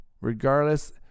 regardless